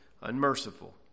unmerciful